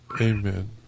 Amen